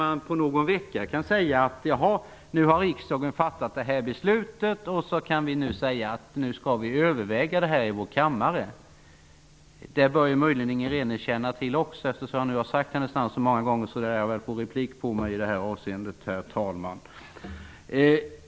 Man kan inte säga på någon vecka att nu har riksdagen fattat det här beslutet och nu skall vi överväga det i vår kammare. Det bör också Inger René känna till. Eftersom jag nu har nämnt hennes namn så många gånger lär hon väl begära replik på mitt anförande, herr talman!